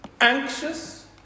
anxious